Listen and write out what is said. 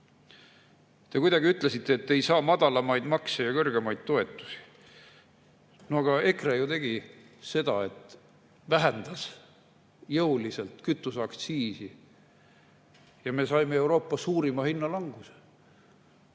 Te ütlesite, et ei saa [teha] madalamaid makse ja kõrgemaid toetusi. Aga EKRE ju tegi seda, et vähendas jõuliselt kütuseaktsiisi, ja me saime Euroopa suurima hinnalanguse.